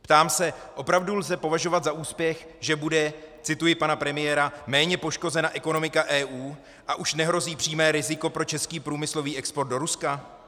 Ptám se: opravdu lze považovat za úspěch, že bude, cituji pana premiéra, méně poškozena ekonomika EU a už nehrozí přímé riziko pro český průmyslový export do Ruska?